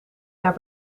naar